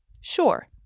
Sure